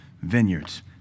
Vineyards